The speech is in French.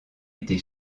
été